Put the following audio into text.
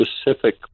specific